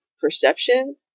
perception